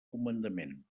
comandament